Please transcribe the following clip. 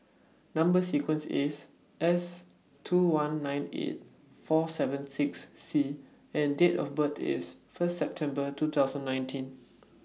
Number sequence IS S two one nine eight four seven six C and Date of birth IS First September two thousand nineteen